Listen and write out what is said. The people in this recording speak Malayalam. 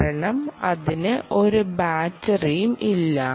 കാരണം അതിന് ഒരു ബാറ്ററിയും ഇല്ല